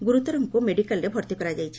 ଗୁରୁତରଙ୍ଙୁ ମେଡ଼ିକାଲରେ ଭର୍ତ୍ତି କରାଯାଇଛି